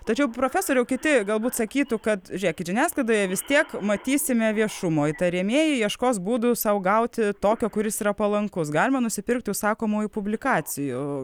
tačiau profesoriau kiti galbūt sakytų kad žiūrėkit žiniasklaidoje vis tiek matysime viešumoj tariamieji ieškos būdų sau gauti tokio kuris yra palankus galima nusipirkti užsakomųjų publikacijų